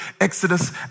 exodus